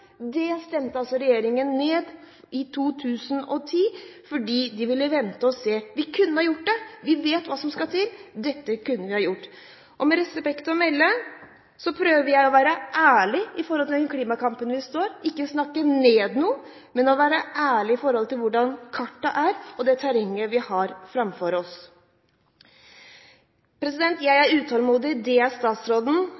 Det stemte altså regjeringspartiene ned i 2010 fordi de ville vente og se. Vi kunne ha gjort det. Vi vet hva som skal til, dette kunne vi ha gjort. Og med respekt å melde: Jeg prøver å være ærlig i forhold til den klimakampen vi står i – ikke snakke ned noe, men være ærlig med hensyn til hvordan kartet og terrenget vi har framfor oss, er. Jeg